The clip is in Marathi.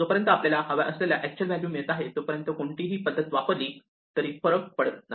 जोपर्यंत आपल्याला हव्या असलेल्या अॅक्च्युअल व्हॅल्यू मिळत आहे तोपर्यंत कोणतीही पद्धत वापरली तरी फरक पडत नाही